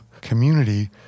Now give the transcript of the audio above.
community